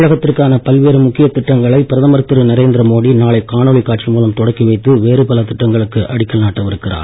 தமிழகத்திற்கான பல்வேறு முக்கிய திட்டங்களை பிரதமர் திரு நரேந்திர மோடி நாளை காணொளி காட்சி மூலம் தொடக்கி வைத்து வேறு பல திட்டங்களுக்கு அடிக்கல் நாட்ட இருக்கிறார்